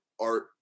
art